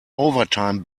overtime